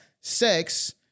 sex